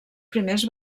primers